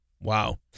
Wow